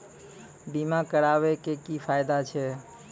बीमा कराबै के की फायदा छै?